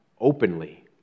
openly